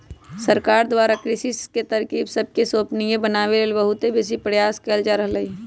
सरकार द्वारा कृषि के तरकिब सबके संपोषणीय बनाबे लेल बहुत बेशी प्रयास कएल जा रहल हइ